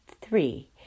three